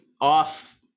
off